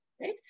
right